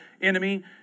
enemy